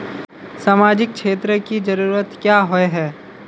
सामाजिक क्षेत्र की जरूरत क्याँ होय है?